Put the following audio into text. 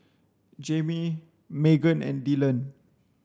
Jaime Magen and Dylan